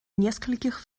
нескольких